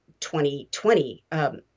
2020